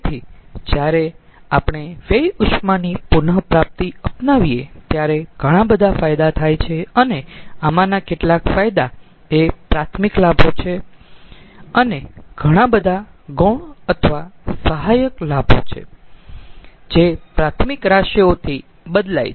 તેથીજ્યારે આપણે વ્યય ઉષ્માની પુન પ્રાપ્તિ અપનાવીએ ત્યારે ઘણા બધા ફાયદા થાય છે અને આમાંના કેટલાક ફાયદા એ પ્રાથમિક લાભો છે અને ઘણા બધા ગૌણ અથવા સહાયક લાભો છે જે પ્રાથમિક રાશિઓથી બદલાય છે